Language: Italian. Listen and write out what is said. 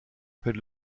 per